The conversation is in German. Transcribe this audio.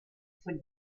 von